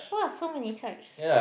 !wah! so many types